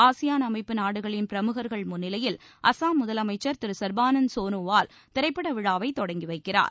ASEAN அமைப்பு நாடுகளின் பிரமுகர்கள் முன்ளிலையில் அசாம் முதலமைச்சர் திரு சர்பானந்த் சோனோவால் திரைப்படவிழாவை தொடங்கி வைக்கிறார்